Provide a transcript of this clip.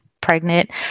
pregnant